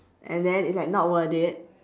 and then it's like not worth it